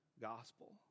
gospel